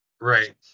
Right